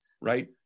right